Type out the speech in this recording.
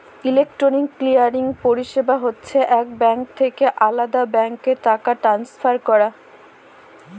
electronic clearing পরিষেবা হচ্ছে এক ব্যাঙ্ক থেকে আলদা ব্যাঙ্কে টাকা ট্রান্সফার করা